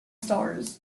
stars